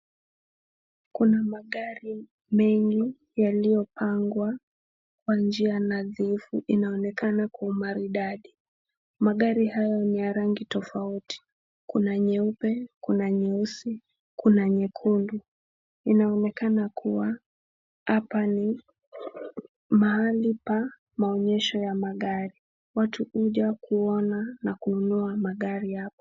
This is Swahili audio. Kuna magari mengi yaliyopangwa kwa njia nadhifu inayoonekana kwa umaridadi. Magari haya ni ya rangi tofauti. Kuna nyeupe, kuna nyeusi, kuna nyekundu. Inaonekana kuwa hapa ni mahali pa maonyesho ya magari. Watu huja kuona na kununua magari hapa.